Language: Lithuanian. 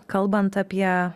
kalbant apie